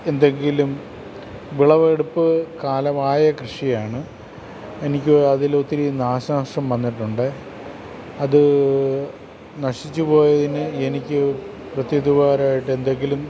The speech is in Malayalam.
എന്തെങ്കിലും വിളവെടുപ്പ് കാലമായ കൃഷിയാണ് എനിക്ക് അതിൽ ഒത്തിരി നാശനഷ്ടം വന്നിട്ടുണ്ട് അത് നശിച്ചു പോയതിന് എനിക്ക് പ്രത്യുപകാരമായിട്ട് എന്തെങ്കിലും